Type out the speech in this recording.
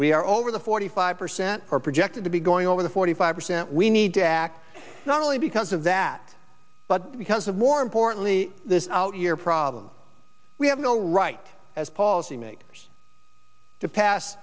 we are over the forty five percent are projected to be going over the forty five percent we need to act not only because of that but because of more importantly this out year problem we have no right as policymakers to pass